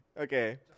Okay